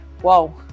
whoa